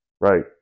right